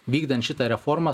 vykdant šitą reformą